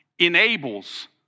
enables